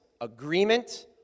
agreement